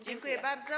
Dziękuję bardzo.